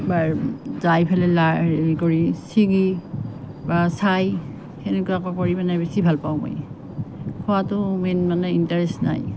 বাৰ যাই পেলাই লাই হেৰি কৰি ছিঙি বা চাই সেনেকুৱাকে কৰি তাৰ মানে বেছি ভাল পাওঁ মই খোৱাটো মেইন মানে ইণ্টাৰেষ্ট নাই